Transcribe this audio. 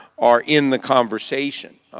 are in the conversation.